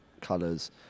colors